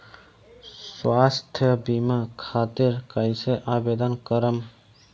स्वास्थ्य बीमा खातिर कईसे आवेदन करम?